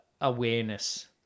awareness